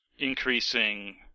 increasing